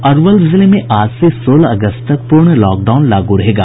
अरवल जिले में आज से सोलह अगस्त तक पूर्ण लॉकडाउन लागू रहेगा